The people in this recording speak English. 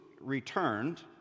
returned